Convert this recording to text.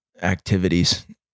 activities